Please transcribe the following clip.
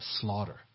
slaughter